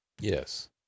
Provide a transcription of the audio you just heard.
Yes